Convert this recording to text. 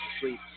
sleep